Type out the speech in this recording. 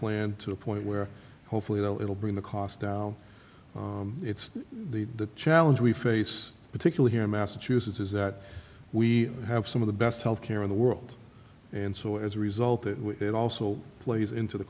plan to a point where hopefully they'll it'll bring the cost down it's the the challenge we face particularly here in massachusetts is that we have some of the best health care in the world and so as a result it also plays into the